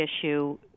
issue